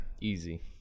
easy